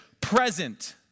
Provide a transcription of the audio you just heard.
present